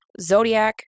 Zodiac